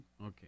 Okay